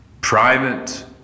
private